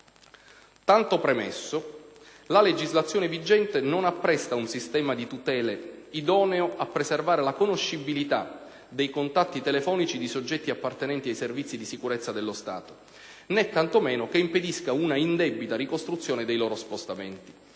Tanto premesso, la legislazione vigente non appresta un sistema di tutele idoneo a preservare la conoscibilità dei contatti telefonici di soggetti appartenenti ai Servizi di sicurezza dello Stato, né tanto meno che impedisca un'indebita ricostruzione dei loro spostamenti.